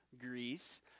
Greece